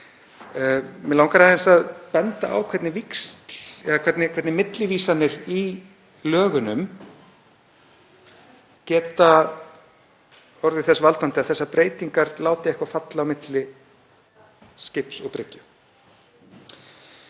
aðeins að benda á hvernig millivísanir í lögunum geta orðið þess valdandi að þessar breytingar láti eitthvað falla á milli skips og bryggju.